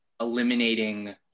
eliminating